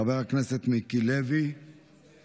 חבר הכנסת מיקי לוי,